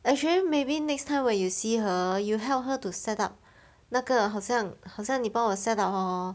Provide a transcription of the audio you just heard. actually maybe next time when you see her you help her to set up 那个好像好像你帮我 set up hor